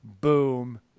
Boom